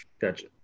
Gotcha